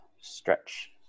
stretch